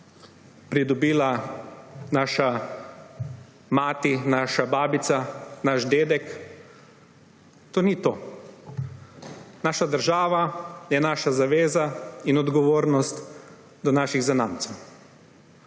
pridobili naša mati, naša babica, naš dedek. To ni to. Naša država je naša zaveza in odgovornost do naših zanamcev.